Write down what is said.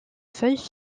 feuilles